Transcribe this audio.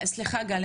סליחה גלי,